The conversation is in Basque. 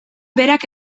berak